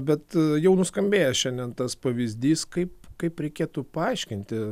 bet jau nuskambėjęs šiandien tas pavyzdys kaip kaip reikėtų paaiškinti